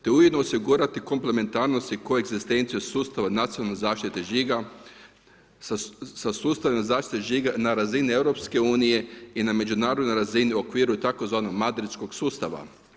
Te ujedno osigurati komplementarnost i koegzistenciju sustava nacionalne zaštite žiga sa sustavom zaštite žiga na razini Europske unije i na međunarodnoj razini o okviru tzv. Madridskog sustava.